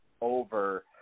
over